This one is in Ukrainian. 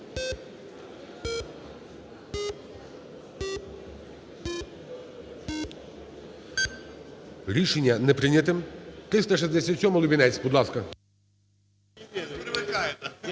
Рішення не прийняте. 367-а, Лубінець, будь ласка.